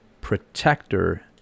protector